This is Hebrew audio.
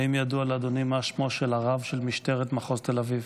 האם ידוע לאדוני מה שמו של הרב של משטרת מחוז תל אביב?